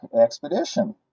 expedition